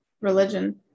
religion